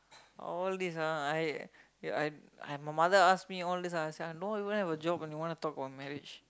all this ah I I I my mother ask me all this ah I say I don't even have a job and you wanna talk about marriage